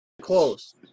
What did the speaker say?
Close